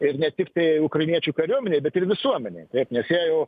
ir ne tiktai ukrainiečių kariuomenei bet ir visuomenei taip nes jie jau